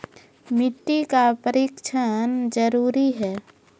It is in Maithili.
मिट्टी का परिक्षण जरुरी है?